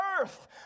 earth